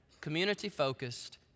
community-focused